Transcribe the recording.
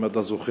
אם אתה זוכר,